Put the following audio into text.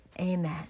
Amen